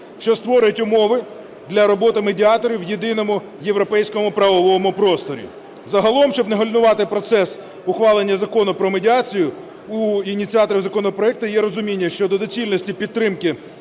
що створить умови для роботи медіаторів у єдиному європейському правовому просторі. Загалом, щоб не гальмувати процес ухвалення Закону про медіацію, у ініціатора законопроекту є розуміння щодо доцільності підтримки